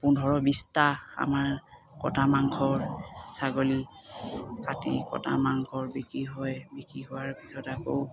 পোন্ধৰ বিছটা আমাৰ কটা মাংসৰ ছাগলী কাটি কটা মাংসৰ বিক্ৰী হয় বিক্ৰী হোৱাৰ পিছত আকৌ